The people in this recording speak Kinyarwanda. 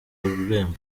rurembo